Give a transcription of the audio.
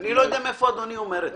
אני לא יודע מאיפה אדוני אומר את זה.